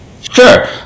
Sure